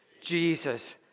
Jesus